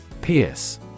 Pierce